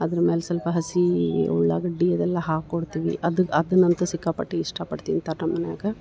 other ಮ್ಯಾಲೆ ಸ್ವಲ್ಪ ಹಸಿ ಉಳಾಗಡ್ಡಿ ಅದೆಲ್ಲ ಹಾಕಿ ಕೊಡ್ತೀವಿ ಅದು ಅದನಂತು ಸಿಕ್ಕಾಪಟ್ಟಿ ಇಷ್ಟಪಟ್ಟು ತಿಂತರೆ ನಮ್ಮ ಮನ್ಯಾಗೆ